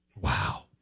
Wow